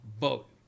vote